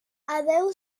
adéu